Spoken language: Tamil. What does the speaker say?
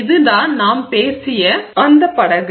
இதுதான் நாம் பேசிய அந்த படகு